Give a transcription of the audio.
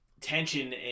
tension